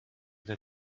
the